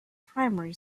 primary